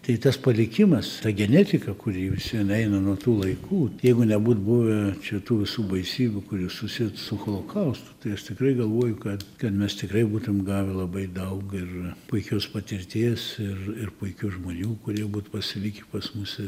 tai tas palikimas ta genetika kuri jau vis vien eina nuo tų laikų jeigu nebūt buvę čia tų visų baisybių kurios susiet su holokaustu tai aš tikrai galvoju kad kad mes tikrai būtum gavę labai daug ir puikios patirties ir ir puikių žmonių kurie būtų pasilikę pas mus ir